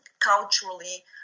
culturally